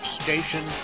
station